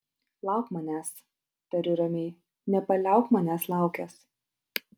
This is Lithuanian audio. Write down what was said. lauk manęs tariu ramiai nepaliauk manęs laukęs